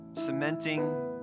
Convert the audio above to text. cementing